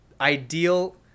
ideal